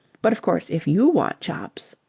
but, of course, if you want chops.